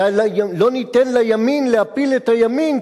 ולא ניתן לימין להפיל את הימין,